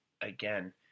again